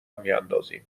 میاندازیم